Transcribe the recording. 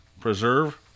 Preserve